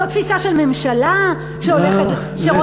זו תפיסה של ממשלה שהולכת, נא לסיים.